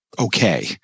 okay